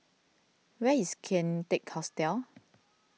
where is Kian Teck Hostel